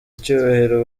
icyubahiro